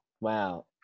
Wow